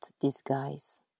disguise